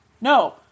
no